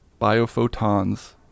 biophotons